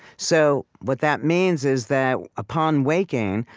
so what that means is that upon waking,